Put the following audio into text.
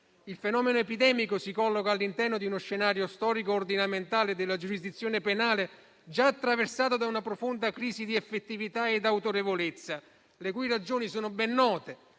Il fenomeno epidemico si colloca all'interno di uno scenario storico ordinamentale della giurisdizione penale già attraversato da una profonda crisi di effettività ed autorevolezza, le cui ragioni sono ben note: